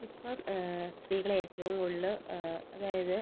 ഇപ്പം സ്ത്രീകൾ ഏറ്റവും കൂടുതല് അതായത്